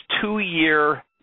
two-year